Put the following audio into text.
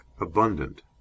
abundant